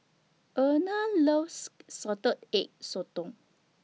Erna loves Salted Egg Sotong